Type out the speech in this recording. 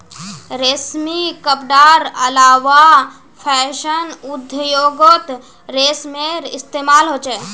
रेशमी कपडार अलावा फैशन उद्द्योगोत रेशमेर इस्तेमाल होचे